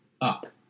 up